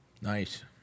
Nice